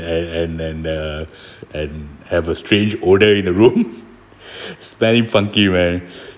and and the and have a strange order in the room smelling funky man